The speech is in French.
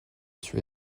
tué